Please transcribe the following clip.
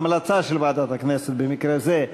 או המלצה של ועדת הכנסת במקרה זה,